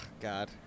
God